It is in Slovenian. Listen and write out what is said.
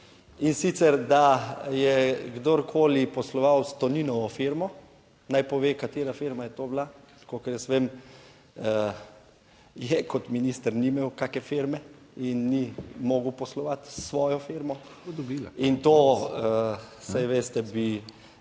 in sicer, da je kdorkoli posloval s Toninovo firmo, naj pove katera firma je to bila. Kolikor jaz vem, kot minister ni imel kakšne firme in ni mogel poslovati s svojo firmo in to, saj veste, bi